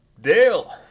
Dale